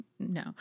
No